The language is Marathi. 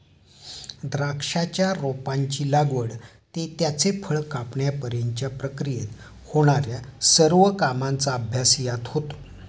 द्राक्षाच्या रोपाची लागवड ते त्याचे फळ कापण्यापर्यंतच्या प्रक्रियेत होणार्या सर्व कामांचा अभ्यास यात होतो